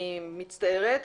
אני מצטערת.